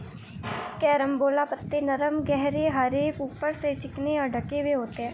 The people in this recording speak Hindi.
कैरम्बोला पत्ते नरम गहरे हरे ऊपर से चिकने और ढके हुए होते हैं